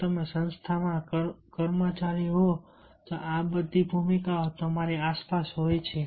જો તમે સંસ્થામાં કર્મચારી હો તો આ બધી ભૂમિકાઓ તમારી આસપાસ હોય છે